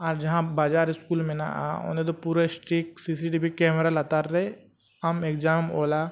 ᱟᱨ ᱡᱟᱦᱟᱸ ᱵᱟᱡᱟᱨ ᱢᱮᱱᱟᱜᱼᱟ ᱚᱸᱰᱮᱫᱚ ᱯᱩᱨᱟᱹ ᱞᱟᱛᱟᱨ ᱨᱮ ᱟᱢ ᱮᱢ ᱚᱞᱟ